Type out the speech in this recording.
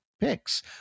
picks